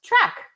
track